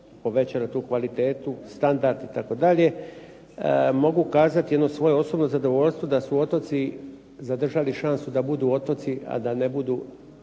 povećala tu kvalitetu, standard itd., mogu kazat jedno svoje osobno zadovoljstvo da su otoci zadržali šansu da budu otoci, a da ne budu